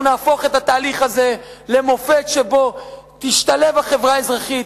אנחנו נהפוך את התהליך הזה למופת להשתלבות החברה האזרחית,